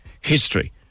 history